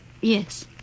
Yes